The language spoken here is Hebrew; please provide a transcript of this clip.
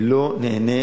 אני לא נהנה